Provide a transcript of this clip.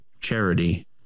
charity